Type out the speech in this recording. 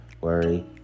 worry